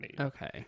Okay